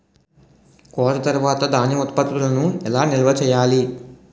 కోత తర్వాత ధాన్యం ఉత్పత్తులను ఎలా నిల్వ చేయాలి?